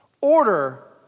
Order